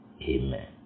Amen